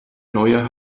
neue